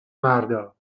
مردا